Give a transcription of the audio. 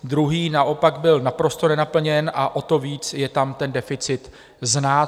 Druhý naopak byl naprosto nenaplněn a o to víc je tam ten deficit znát.